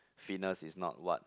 fitness is not what